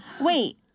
Wait